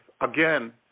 again